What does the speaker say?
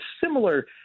similar